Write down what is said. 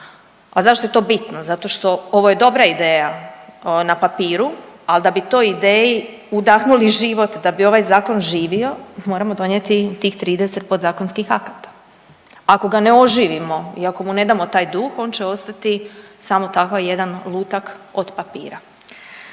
A zašto je to bitno? Zato što, ovo je dobra ideja na papiru ali da bi toj ideji udahnuli život da bi ovaj zakon živio moramo donijeti tih 30 podzakonskih akata. Ako ga ne oživimo i ako mu ne damo taj duh on će ostati samo takav jedan lutak od papira.